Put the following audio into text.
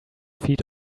feet